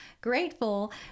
grateful